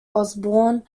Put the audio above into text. osbourne